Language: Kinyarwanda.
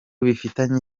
bifitanye